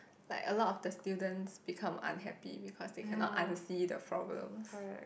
like a lot of the students become unhappy because they cannot unsee the problems